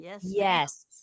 Yes